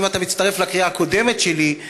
אם אתה מצטרף לקריאה הקודמת שלי,